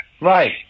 Right